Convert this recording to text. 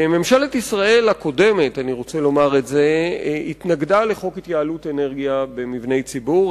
ממשלת ישראל הקודמת התנגדה לחוק התייעלות אנרגיה במבני ציבור.